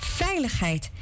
veiligheid